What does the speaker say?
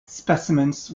specimens